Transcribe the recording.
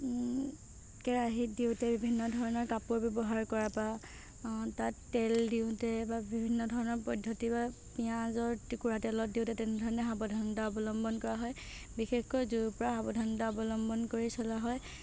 কেৰাহীত দিওঁতে বিভিন্ন ধৰণৰ কাপোৰ ব্যৱহাৰ কৰা বা তাত তেল দিওঁতে বা বিভিন্ন ধৰণৰ পদ্ধতি বা পিয়াঁজৰ টুকুৰা তেলত দিওঁতে তেনেধৰণে সাৱধানতা অৱলম্বন কৰা হয় বিশেষকৈ জুইৰ পৰা সাৱধানতা অৱলম্বন কৰি চলা হয়